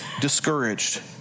discouraged